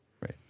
right